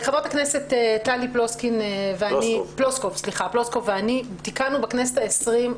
חברת הכנסת טלי פלוסקוב ואני תיקנו בכנסת ה-20,